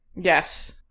Yes